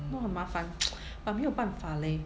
都很麻烦 but 没有办法 leh